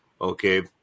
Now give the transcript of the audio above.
okay